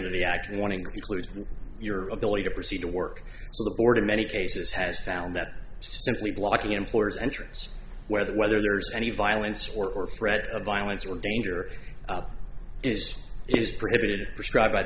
under the act we want to greek lose your ability to proceed to work so the board in many cases has found that simply blocking employers entrance whether whether there's any violence or threat of violence or danger is is permitted prescribed by